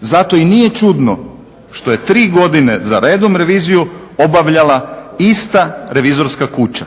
Zato i nije čudno što je tri godine zaredom reviziju obavljala ista revizorska kuća.